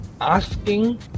asking